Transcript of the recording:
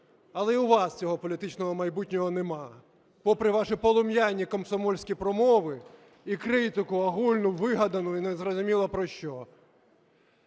Але і у вас цього політичного майбутнього немає, попри ваші полум'яні комсомольські промови і критику огульну, вигадану і незрозумілу про що.